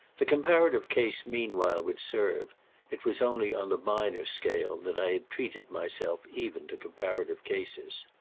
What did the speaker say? the comparative case meanwhile would serve it was only on the minor scale that i had treated myself even to comparative cases.